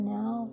now